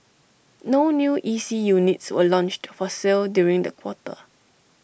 no new E C units were launched for sale during the quarter